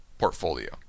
portfolio